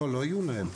לא, לא יהיו להם.